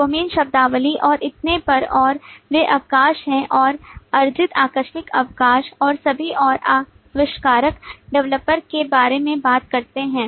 domain शब्दावली और इतने पर और वे अवकाश हैं और अर्जित आकस्मिक अवकाश और सभी और आविष्कारक डेवलपर के बारे में बात करते हैं